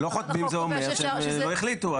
לא חותמים זה אומר שהם לא החליטו.